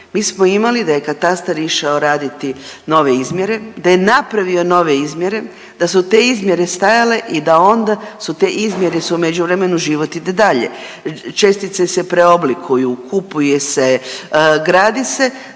Mi smo imali da je katastar išao raditi nove izmjere, da je napravio nove izmjere, da su te izmjere stajale i da onda su te izmjere su u međuvremenu život ide dalje, čestice se preoblikuju, kupuje se, gradi se,